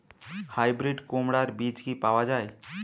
Hybrid কুমড়ার বীজ কি পাওয়া য়ায়?